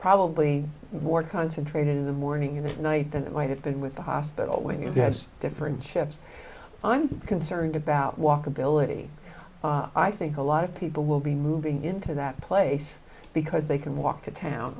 probably more concentrated in the morning in the night than it might have been with the hospital when you had different shifts i'm concerned about walkability i think a lot of people will be moving into that place because they can walk to town